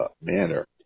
manner